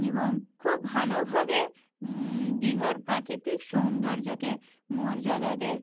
এবং খুব ভালোভাবে দীঘার প্রাকৃতিক সৌন্দর্যকে মর্যাদা দেয়